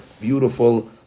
beautiful